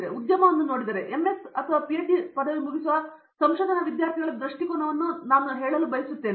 ನೀವು ಉದ್ಯಮವನ್ನು ನೋಡಿದರೆ MS ಅಥವಾ PhD ಪದವಿ ಮುಗಿಸುವ ಸಂಶೋಧನಾ ವಿದ್ಯಾರ್ಥಿಗಳ ದೃಷ್ಟಿಕೋನವನ್ನು ನಾನು ಹೇಳಲು ಬಯಸುತ್ತೇನೆ